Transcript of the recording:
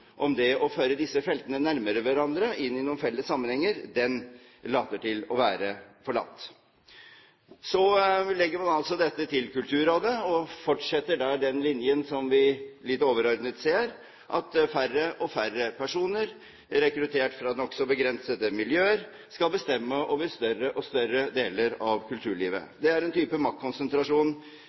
om det å føre disse feltene nærmere hverandre, inn i noen felles sammenhenger, later til å være forlatt. Så legger man altså dette til Kulturrådet og fortsetter der den linjen som vi litt overordnet ser, at færre og færre personer rekruttert fra nokså begrensede miljøer skal bestemme over større og større deler av kulturlivet. Det er en type maktkonsentrasjon